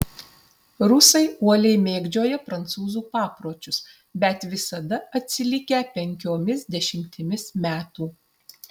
rusai uoliai mėgdžioja prancūzų papročius bet visada atsilikę penkiomis dešimtimis metų